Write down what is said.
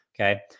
Okay